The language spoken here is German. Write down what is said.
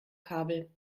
kabel